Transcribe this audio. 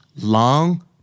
long